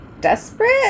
desperate